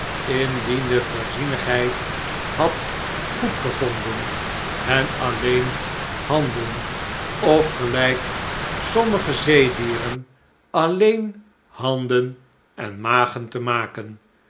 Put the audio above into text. de voorzienigheid had goedgevonden hen alleen handen of gelijk sommige zeedieren alleen handen en rnagen te maken